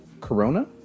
corona